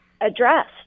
addressed